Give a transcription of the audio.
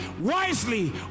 wisely